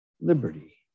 liberty